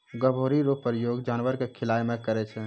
गभोरी रो प्रयोग जानवर के खिलाय मे करै छै